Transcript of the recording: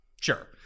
sure